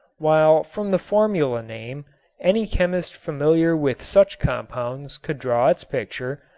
while from the formula name any chemist familiar with such compounds could draw its picture,